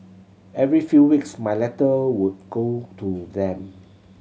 every few weeks my letter would go to them